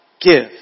Give